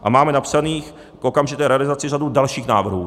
A máme napsaných k okamžité realizaci řadu dalších návrhů.